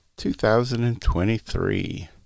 2023